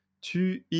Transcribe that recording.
Tu